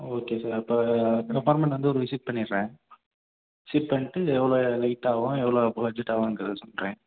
ஆ okay sir அப்போ apartment வந்து ஒரு விசிட் பண்ணிடுறேன் விசிட் பண்னிட்டு எவ்வளோ ரேட் ஆகும் எவ்வளோ பட்ஜெட் ஆகுங்கிறத சொல்கிறேன்